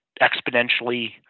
exponentially